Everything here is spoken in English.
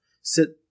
sit